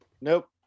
Nope